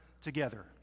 together